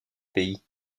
pays